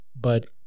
But-